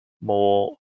more